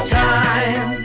time